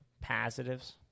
Positives